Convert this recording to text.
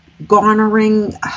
garnering